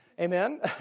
Amen